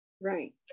Right